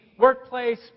Workplace